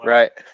Right